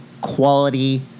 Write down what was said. quality